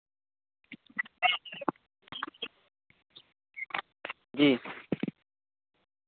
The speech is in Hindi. जी